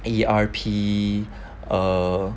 E_R_P err